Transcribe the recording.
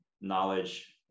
knowledge